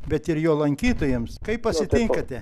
bet ir jo lankytojams kaip pasitinkate